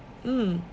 mm